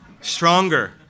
stronger